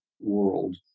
world